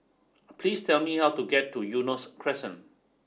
please tell me how to get to Eunos Crescent